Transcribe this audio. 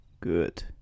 Good